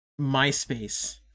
myspace